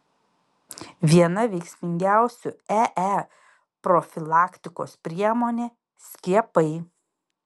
viena veiksmingiausių ee profilaktikos priemonė skiepai